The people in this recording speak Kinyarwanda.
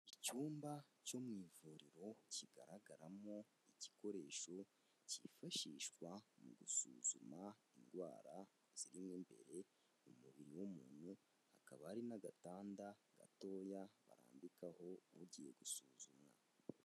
Icyumba cyo mu ivuriro kigaragaramo igikoresho cyifashishwa mu gusuzuma indwara zirimo imbere umubiri w'umuntu, akaba ari n'agatanda gatoya bambikaho ugiye gusuzumwa.